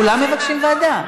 כולם מבקשים ועדה.